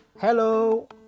hello